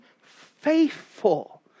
faithful